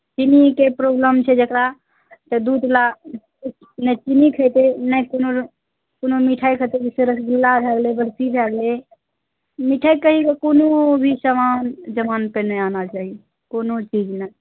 चीनीके प्रॉब्लम छै जकरा तऽ दूधवला ने चीन्नी खेतय ने कोनो कोनो मिठाइ खेतय जैसे रसगुल्ला भए गेलय बरफी भए गेलय मिठाइ कहिकऽ कोनो भी सामान जबानपर नहि आना चाही कोनो चीज नहि